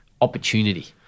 opportunity